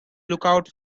lookout